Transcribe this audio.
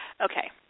Okay